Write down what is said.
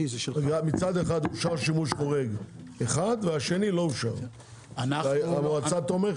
מצד אחד אושר שימוש חורג אחד והשני לא אושר והמועצה תומכת.